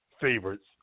favorites